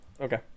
Okay